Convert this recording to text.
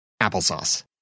applesauce